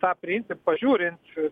tą principą žiūrint